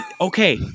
okay